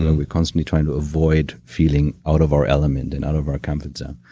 and we're constantly trying to avoid feeling out of our element and out of our comfort zone.